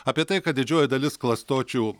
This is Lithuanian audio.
apie tai kad didžioji dalis klastočių